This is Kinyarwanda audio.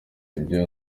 ibyo